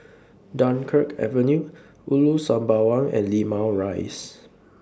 Dunkirk Avenue Ulu Sembawang and Limau Rise